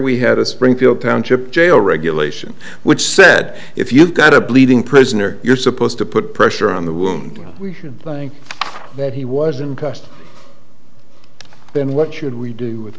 we had a springfield township jail regulation which said if you've got a bleeding prisoner you're supposed to put pressure on the wound that he was in custody then what should we do with